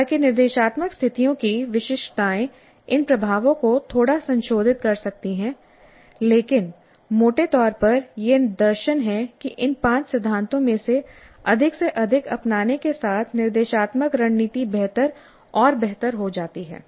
हालांकि निर्देशात्मक स्थितियों की विशिष्टताएं इन प्रभावों को थोड़ा संशोधित कर सकती हैं लेकिन मोटे तौर पर यह दर्शन है कि इन पांच सिद्धांतों में से अधिक से अधिक अपनाने के साथ निर्देशात्मक रणनीति बेहतर और बेहतर हो जाती है